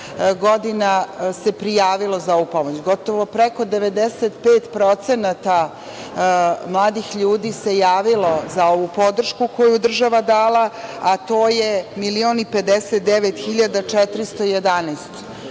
godina prijavilo za ovu pomoć. Gotovo preko 95% mladih ljudi se javilo za ovu podršku koju je država dala, a to je 1.059.411